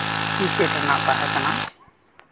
keypad ᱨᱮᱱᱟᱜ ᱛᱟᱦᱮᱸ ᱠᱟᱱᱟ